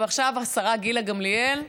השרה גילה גמליאל,